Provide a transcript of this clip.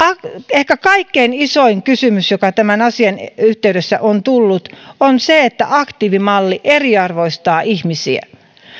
ehkä kaikkein isoin kysymys joka tämän asian yhteydessä on tullut on se että aktiivimalli eriarvoistaa ihmisiä